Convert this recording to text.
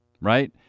Right